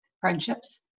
friendships